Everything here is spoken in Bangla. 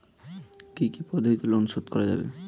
কি কি পদ্ধতিতে লোন শোধ করা যাবে?